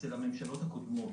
אצל הממשלות הקודמות.